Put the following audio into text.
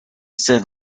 said